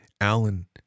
Alan